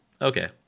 okay